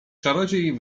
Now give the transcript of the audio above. czarodziej